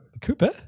Cooper